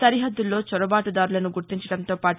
సరిహద్దుల్లో చొరబాటు దారులను గుర్తించడంతోపాటు